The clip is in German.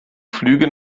flüge